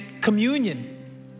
communion